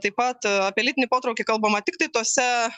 taip pat apie lytinį potraukį kalbama tiktai tose